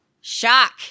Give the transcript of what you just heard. shock